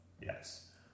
Yes